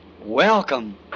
welcome